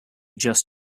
just